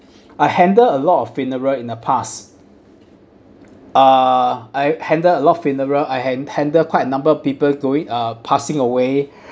I handle a lot of funeral in the past uh I handle a lot of funeral I han~ handle quite a number of people going uh passing away